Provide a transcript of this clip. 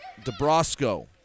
DeBrosco